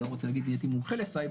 אני לא רוצה להגיש שנהייתי מומחה לסייבר,